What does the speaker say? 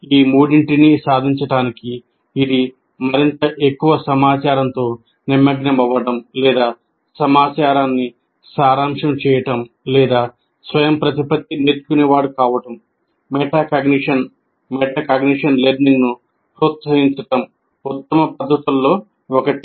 ఈ మూడింటిని సాధించడానికి ఇది మరింత ఎక్కువ సమాచారంతో నిమగ్నమవ్వడం లేదా సమాచారాన్ని సారాంశం చేయడం లేదా స్వయంప్రతిపత్తి నేర్చుకునేవాడు కావడం మెటాకాగ్నిషన్ మెటాకాగ్నిషన్ లెర్నింగ్ను ప్రోత్సహించడం ఉత్తమ పద్ధతుల్లో ఒకటి